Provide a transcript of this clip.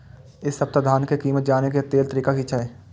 इ सप्ताह धान के कीमत जाने के लेल तरीका की छे?